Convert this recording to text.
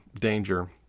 danger